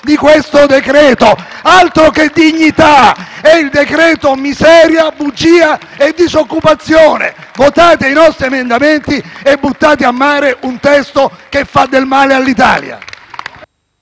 di questo decreto; altro che dignità! È il decreto miseria, bugia e disoccupazione! Votate i nostri emendamenti e buttate a mare un testo che fa del male all'Italia.